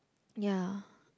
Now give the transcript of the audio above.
ya